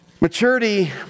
maturity